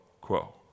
quo